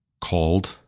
called